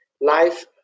life